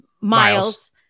Miles